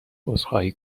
عذرخواهی